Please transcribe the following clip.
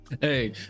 Hey